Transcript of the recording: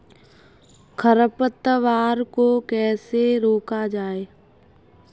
खरपतवार को कैसे रोका जाए?